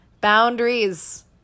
boundaries